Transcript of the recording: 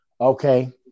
Okay